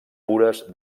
pures